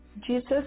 Jesus